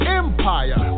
empire